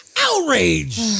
outrage